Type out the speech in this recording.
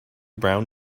brown